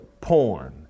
porn